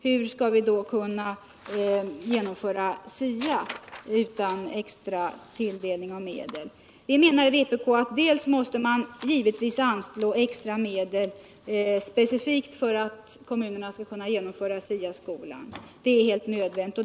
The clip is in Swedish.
Hur skall vi då kunna genomföra SIA utan extra tilldelning av medel?” Vi menar i vpk att man givetvis måste anslå extra medel specifikt för att kommunerna skall kunna genomföra SIA skolan — det är helt nödvändigt.